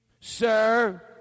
sir